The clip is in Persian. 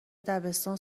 دبستان